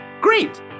Great